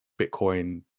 Bitcoin